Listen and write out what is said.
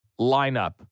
lineup